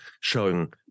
showing